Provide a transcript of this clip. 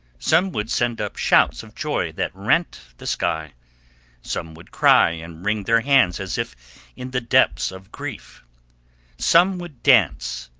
some would send up shouts of joy that rent the sky some would cry and wring their hands as if in the depths of grief some would dance,